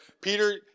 Peter